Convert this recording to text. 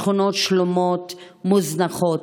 שכונות שלמות מוזנחות.